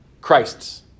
Christ's